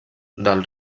del